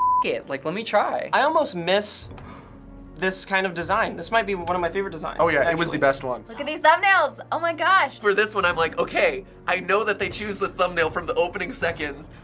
it. like let me try. i almost miss this kind of design. this might be one one of my favorite designs. oh yeah. it was the best one. look at these thumbnails! oh my gosh. for this one, i'm like, okay, i know that they choose the thumbnail from the opening seconds,